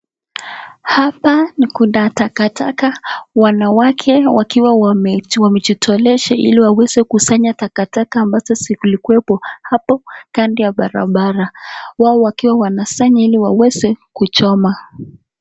Hapa, ni kunda taka taka, wanawake wakiwa , wamejitolesha ili waweze kusanya takataka ambazo zilikuwepo, hapo, kando ya barabara, wao wakiwa wanasanya ili waweze, kuchoma.